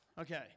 Okay